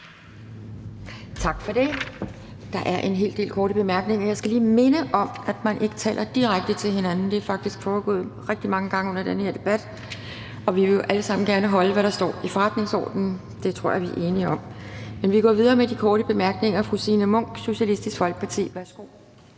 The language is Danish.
Tak for det. Der er en hel del korte bemærkninger. Jeg skal lige minde om, at vi ikke bruger direkte tiltale. Det er faktisk sket rigtig mange gange under den her debat. Vi vil alle sammen gerne overholde det, der står i forretningsordenen. Det tror jeg vi er enige om. Vi går videre med de korte bemærkninger. Fru Signe Munk, Socialistisk Folkeparti. Værsgo.